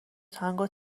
تانگو